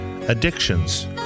Addictions